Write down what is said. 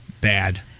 Bad